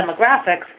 demographics